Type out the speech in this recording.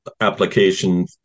application